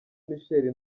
michel